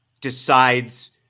decides